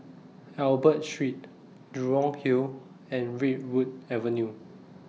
Albert Street Jurong Hill and Redwood Avenue